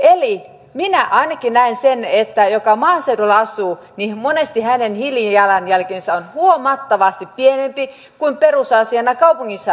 eli minä ainakin näen että sillä joka maaseudulla asuu on monesti hiilijalanjälki huomattavasti pienempi kuin perusasiana kaupungissa asuvilla